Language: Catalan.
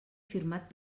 firmat